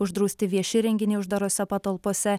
uždrausti vieši renginiai uždarose patalpose